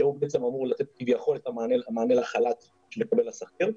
שהוא בעצם אמור לתת כביכול את המענה לחל"ת שמקבל השכיר,